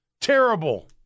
Terrible